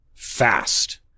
Fast